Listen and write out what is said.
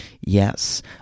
Yes